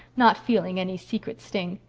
not feeling any secret sting.